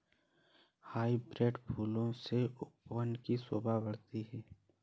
hybrid फूलों से उपवन की शोभा बढ़ती है